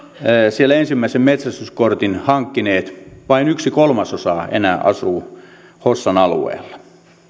siellä ensimmäisen metsästyskortin hankkineet vain yksi kolmasosa enää asuu hossan alueella